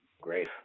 Great